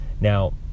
Now